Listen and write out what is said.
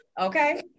Okay